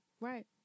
Right